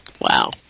wow